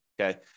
Okay